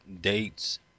Dates